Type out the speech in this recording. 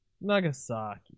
Nagasaki